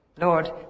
Lord